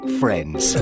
friends